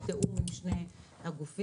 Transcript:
בתיאום עם שני הגופים